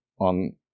on